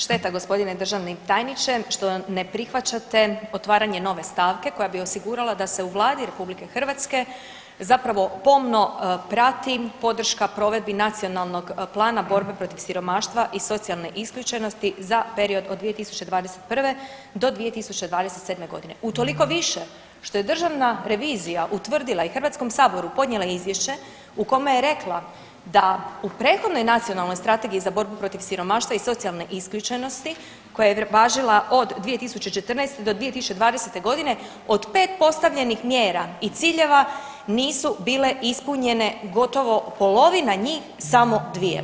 Šteta gospodine državni tajniče što ne prihvaćate otvaranje nove stavke koja bi osigurala da se u Vladi RH zapravo pomno prati podrška provedbi Nacionalnog plana borbe protiv siromaštva i socijalne isključenosti za period od 2021. do 2027. godine utoliko više što je Državna revizija utvrdila i Hrvatskom saboru podnijela izvješće u kome je rekla da u prethodnoj Nacionalnoj strategiji za borbu protiv siromaštva i socijalne isključenosti koja je važila od 2014. do 2020. godine od pet postavljenih mjera i ciljeva nisu bile ispunjene gotovo polovina njih samo dvije.